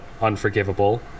unforgivable